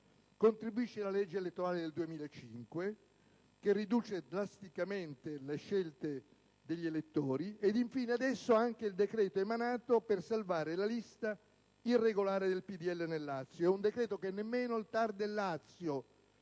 contribuisce poi la legge elettorale del 2005, che riduce drasticamente le scelte degli elettori ed infine, adesso, il decreto-legge emanato per salvare la lista irregolare del PdL nel Lazio, un decreto che lo stesso TAR del Lazio